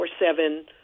24-7